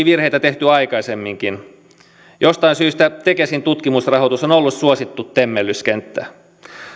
virheitä toki tehty aikaisemminkin jostain syystä tekesin tutkimusrahoitus on ollut suosittu temmellyskenttä